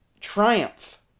triumph